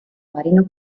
marinos